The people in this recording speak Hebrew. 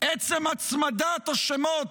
הרי זה מה שאתה והקטרים עשיתם לפני 7 באוקטובר.